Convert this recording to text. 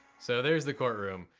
so there's the courtroom.